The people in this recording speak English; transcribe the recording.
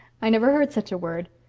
i never heard such a word.